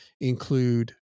include